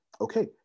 Okay